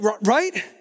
right